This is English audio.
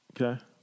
Okay